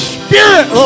spirit